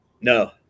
No